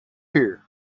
here